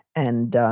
and